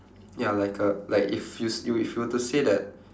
ya like a like if you s~ if you were to say that